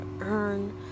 earn